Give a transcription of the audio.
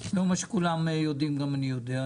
לא מה שכולם יודעים גם אני יודע,